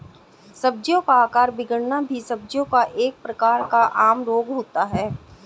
सब्जियों का आकार बिगड़ना भी सब्जियों का एक प्रकार का आम रोग होता है